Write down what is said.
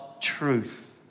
truth